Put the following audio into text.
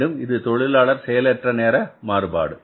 இது தொழிலாளர் செயலற்ற நேர மாறுபாடு சரி